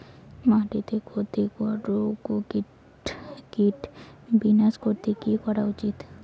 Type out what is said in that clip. মাটিতে ক্ষতি কর রোগ ও কীট বিনাশ করতে কি করা উচিৎ?